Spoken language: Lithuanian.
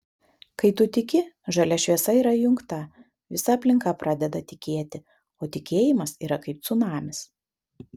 kai tu tiki žalia šviesa yra įjungta visa aplinka pradeda tikėti o tikėjimas yra kaip cunamis